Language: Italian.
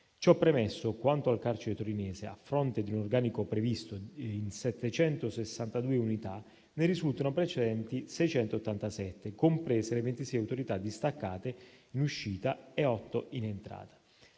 Ciò premesso, quanto al carcere torinese, a fronte di un organico previsto di 762 unità, ne risultano presenti 687, comprese le 26 unità distaccate in uscita e le 8 in entrata.